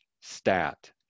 STAT